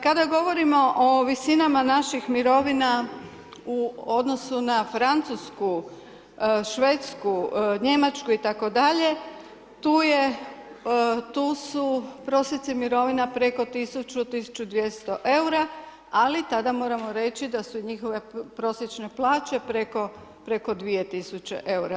Kada govorimo o visinama naših mirovina u odnosu na Francusku, Švedsku, Njemačku itd. tu su prosjeci mirovina preko 1000, 1200 eura, ali tada moramo reći da su i njihove prosječne plaće preko 2000 eura.